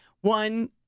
one